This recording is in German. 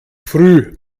früh